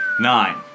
Nine